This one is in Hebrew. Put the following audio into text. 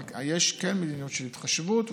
אבל כן יש מדיניות של התחשבות,